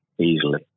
easily